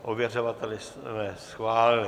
Ověřovatele jsme schválili.